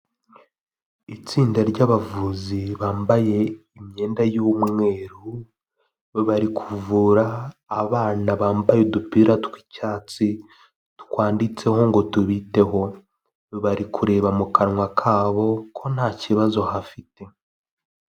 Itsinda ry'abavuzi bambaye imyenda y'umweru, aho barikuvura abana bambaye udupira tw'icyatsi twanditseho ngo tubiteho bari kureba mu kanwa kabo ko nta kibazo bafite.